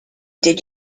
did